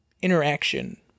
interaction